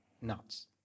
nuts